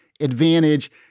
advantage